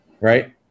right